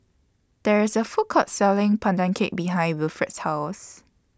There IS A Food Court Selling Pandan Cake behind Wilfred's House